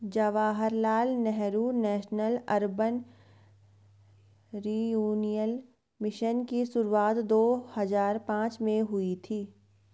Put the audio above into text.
Jawaharlal Nehru national urban renewal mission की शुरुआत दो हज़ार पांच में हुई थी